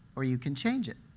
or you can change it.